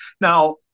now